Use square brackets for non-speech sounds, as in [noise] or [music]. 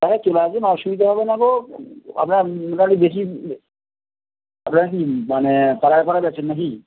হ্যাঁ চলে আসবেন অসুবিধা হবে না গো আপনার [unintelligible] দেখি আপনারা কি মানে পাড়ায় পাড়ায় বেচেন নাকি